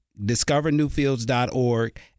discovernewfields.org